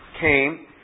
came